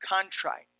contrite